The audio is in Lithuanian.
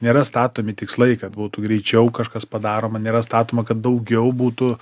nėra statomi tikslai kad būtų greičiau kažkas padaroma nėra statoma kad daugiau būtų